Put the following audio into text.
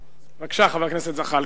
חבר הכנסת זחאלקה.